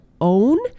own